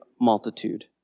multitude